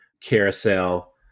Carousel